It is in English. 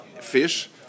fish